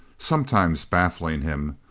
sometimes baffling him,